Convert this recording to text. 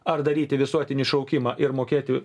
ar daryti visuotinį šaukimą ir mokėti